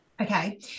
okay